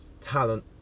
talent